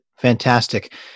Fantastic